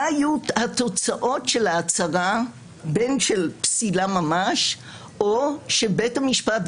מה יהיו התוצאות של ההצהרה בין של פסילה ממש או שבית המשפט,